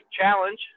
Challenge